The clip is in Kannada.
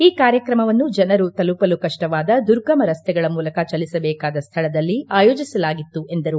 ಈ ಕಾರ್ಯಕ್ರಮವನ್ನು ಜನರು ತಲುಪಲು ಕಷ್ಷವಾದ ದುರ್ಗಮ ರಸ್ತೆಗಳ ಮೂಲಕ ಚಲಿಸಬೇಕಾದ ಸ್ಥಳದಲ್ಲಿ ಆಯೋಜಿಸಲಾಗಿತ್ತು ಎಂದರು